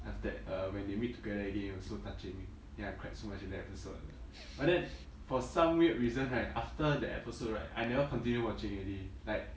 then after that err when they meet together already it was so touching then I cried so much at the episode lah but then for some weird reason right after that episode right I never continue watching already like